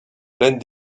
pleine